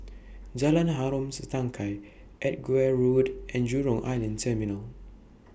Jalan Harom Setangkai Edgware Road and Jurong Island Terminal